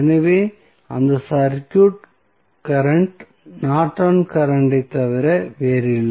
எனவே அந்த circuit current நார்டனின் கரண்ட் ஐ Nortons current தவிர வேறில்லை